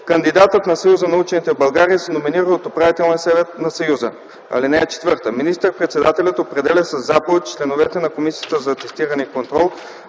кандидатът на Съюза на учените в България се номинира от Управителния съвет на Съюза. (4) Министър-председателят определя със заповед членовете на Комисията за атестиране и контрол